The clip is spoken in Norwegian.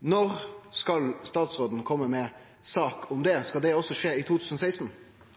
Når skal statsråden kome med ei sak om det? Skal det også skje i